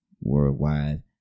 Worldwide